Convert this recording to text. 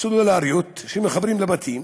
סלולריים שמחוברים לבתים.